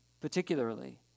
particularly